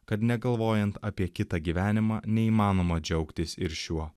kad negalvojant apie kitą gyvenimą neįmanoma džiaugtis ir šiuo